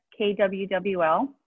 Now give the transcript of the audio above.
KWWL